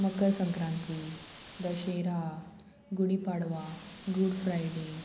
Makar Sankranti Dussehra Gudi Padwa good Friday